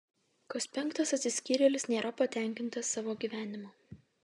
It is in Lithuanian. kas penktas atsiskyrėlis nėra patenkintas savo gyvenimu